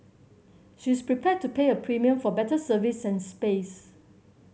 she is prepared to pay a premium for better service and space